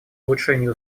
улучшению